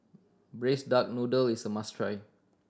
Braised Duck Noodle is a must try